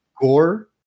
gore